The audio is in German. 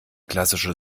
klassische